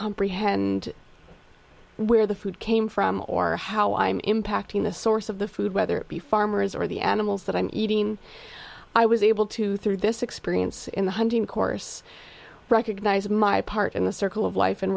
comprehend where the food came from or how i'm impacting the source of the food whether it be farmers or the animals that i'm eating i was able to through this experience in the hunting course recognize my part in the circle of life and